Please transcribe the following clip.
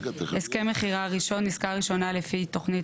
"הסכם מכירה ראשון" עסקה ראשונה לפי תוכנית